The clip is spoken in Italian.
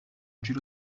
giro